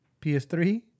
PS3